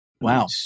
Wow